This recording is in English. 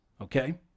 okay